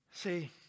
See